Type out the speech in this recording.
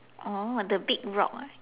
orh the big rock ah